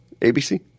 ABC